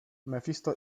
mefisto